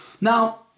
Now